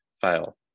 fail